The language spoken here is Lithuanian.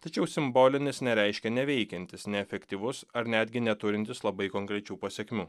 tačiau simbolinis nereiškia neveikiantis neefektyvus ar netgi neturintis labai konkrečių pasekmių